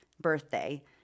birthday